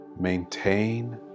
Maintain